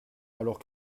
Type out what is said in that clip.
alors